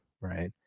right